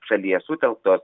šalyje sutelktos